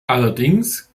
allerdings